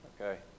Okay